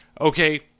Okay